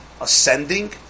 Ascending